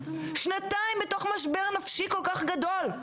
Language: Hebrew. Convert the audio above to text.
שנתיים בתוך משבר נפשי כל כך גדול,